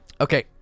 Okay